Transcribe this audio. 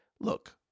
Look